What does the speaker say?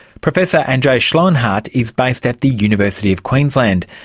professor andreas schloenhardt is based at the university of queensland,